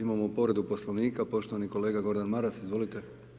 Imamo povredu Poslovnika, poštovani kolega Gordan Maras, izvolite.